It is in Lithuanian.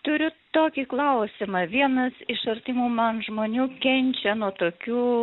turiu tokį klausimą vienas iš artimų man žmonių kenčia nuo tokių